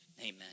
amen